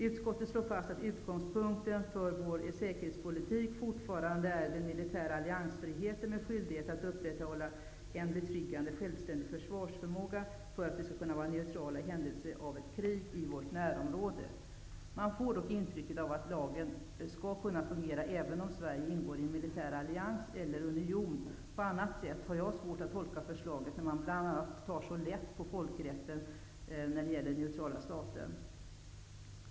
Utskottet slår fast att utgångspunkten för vår säkerhetspolitik fortfarande är ''den militära alliansfriheten med skyldighet att upprätthålla en betryggande självständig försvarsförmåga för att vi skall kunna vara neutrala i händelse av ett krig i vårt närområde.'' Man får dock intrycket att lagen skall kunna fungera även om Sverige ingår i en militär allians eller union. På annat sätt har jag svårt att tolka förslaget, när man tar så lätt bl.a. på vad som sägs i folkrätten om neutrala stater.